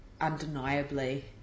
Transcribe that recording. undeniably